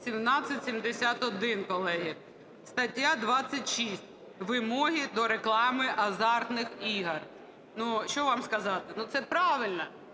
1771, колеги. Стаття 26 "Вимоги до реклами азартних ігор". Що вам сказати, ну, це правильно.